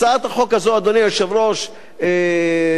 הצעת החוק הזאת, אדוני היושב-ראש, רן